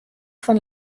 von